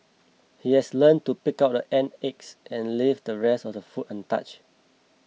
he has learnt to pick out the ant eggs and leave the rest of the food untouched